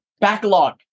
backlog